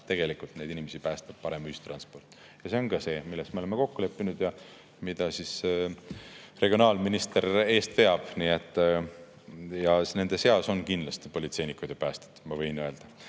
tegelikult neid inimesi päästab parem ühistransport. See on ka see, milles me oleme kokku leppinud ja mida regionaalminister eest veab. Ja nende seas on kindlasti politseinikud ja päästjad, ma võin öelda.